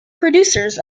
producers